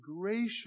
gracious